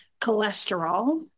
cholesterol